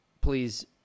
please